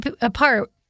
apart